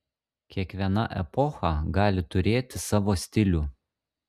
kiekviena epocha gali turėti savo stilių